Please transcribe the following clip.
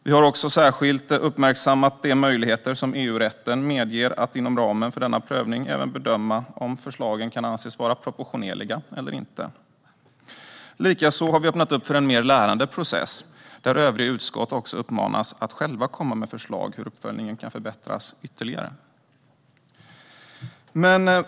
Vi har också särskilt uppmärksammat de möjligheter som EU-rätten medger att inom ramen för denna prövning även bedöma om förslagen kan anses vara proportionerliga eller inte. Likaså har vi öppnat för en mer lärande process där övriga utskott uppmanas att själva komma med förslag på hur uppföljningen kan förbättras ytterligare.